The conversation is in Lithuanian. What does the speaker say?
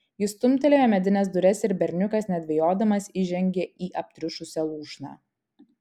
jis stumtelėjo medines duris ir berniukas nedvejodamas įžengė į aptriušusią lūšną